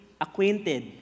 acquainted